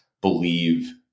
believe